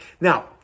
Now